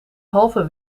halve